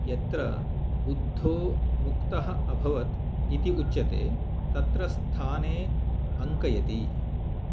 यत्र बुद्धो मुक्तः अभवत् इति उच्यते तत्र स्थाने अङ्कयति